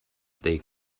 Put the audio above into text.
they